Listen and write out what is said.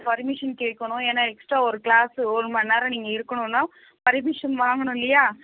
permission கேட்கணும் ஏன்னா extra ஒரு க்ளாஸ்ஸு ஒருமணிநேரம் நீங்கள் இருக்கணும்னா பெர்மிஷன் வாங்கணும் இல்லையா